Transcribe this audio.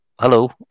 hello